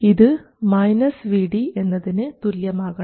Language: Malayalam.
ഇത് Vd എന്നതിന് തുല്യമാകണം